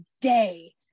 day